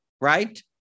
right